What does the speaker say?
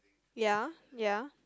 ya ya